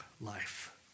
life